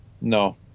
No